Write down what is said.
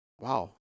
Wow